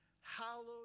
hallowed